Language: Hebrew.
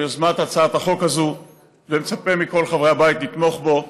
יוזמת הצעת החוק הזאת ומצפה מכל חברי הבית לתמוך בו.